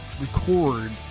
record